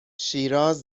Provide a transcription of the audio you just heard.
شیراز